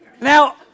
Now